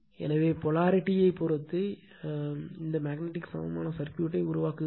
எனவே பொலாரிட்டி பொறுத்து ஏன் இந்த மேக்னட்டிக் சமமான சர்க்யூட் உருவாக்குகிறோம்